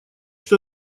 что